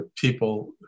people